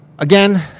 Again